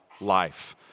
life